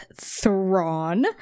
thrawn